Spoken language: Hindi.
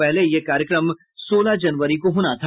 पहले यह कार्यक्रम सोलह जनवरी को होना था